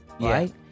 right